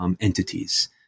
entities